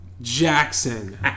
Jackson